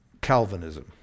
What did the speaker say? Calvinism